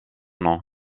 nom